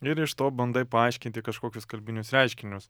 ir iš to bandai paaiškinti kažkokius kalbinius reiškinius